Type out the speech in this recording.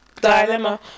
dilemma